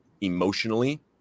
emotionally